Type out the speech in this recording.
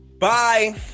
Bye